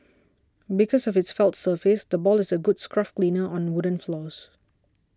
because of its felt surface the ball is a good scruff cleaner on wooden floors